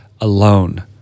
alone